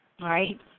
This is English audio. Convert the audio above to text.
Right